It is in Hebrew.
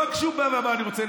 לא כשהוא בא ואמר שהוא רוצה,